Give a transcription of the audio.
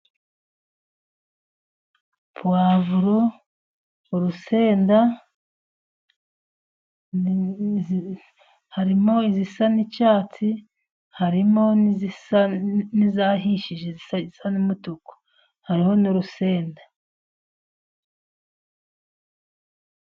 Puwavuro, urusenda harimo izisa n'icyatsi, harimo n'izahishije zisa n'umutuku. Hariho n'urusenda.